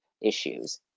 issues